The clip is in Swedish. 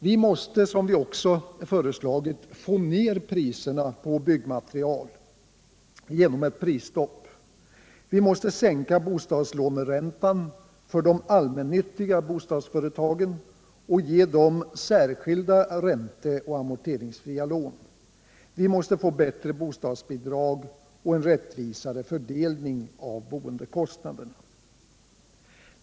Vi mäste, som vpk också föreslagit, få ned priserna på byggnadsmaterial genom ett prisstopp. Vi måste sänka bostadslåneräntan för de allmännyttiga bostadsföretagen och ge dem särskilda ränte och amorteringsfria lån. Vi måste få bättre bostadsbidrag och en rättvisare fördelning av boendekostnaderna.